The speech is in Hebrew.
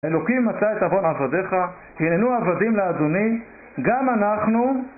אלוקים מצא את עוון עבדיך, הננו עבדים לאדוני, גם אנחנו